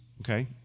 okay